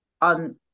on